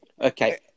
Okay